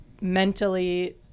mentally